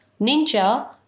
ninja